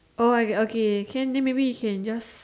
oh I okay can then maybe you can just